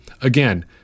Again